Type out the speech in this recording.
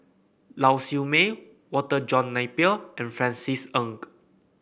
Lau Siew Mei Walter John Napier and Francis Ng